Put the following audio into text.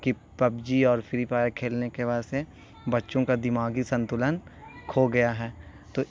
کہ پبجی اور Free Fire کھیلنے کے وجہ سے بچوں کا دماغی سنتولن کھو گیا ہے تو